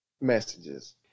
messages